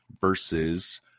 versus